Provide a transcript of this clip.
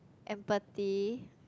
empathy